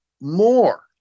more